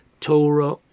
Torah